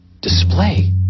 display